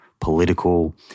political